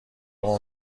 اون